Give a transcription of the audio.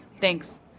Thanks